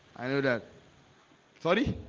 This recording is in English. i know that sorry,